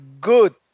good